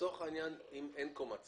נניח שאין קומה ציבורית.